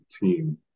team